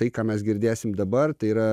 tai ką mes girdėsim dabar tai yra